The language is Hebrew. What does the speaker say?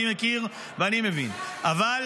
אני מכיר ואני מבין -- כן,